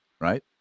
right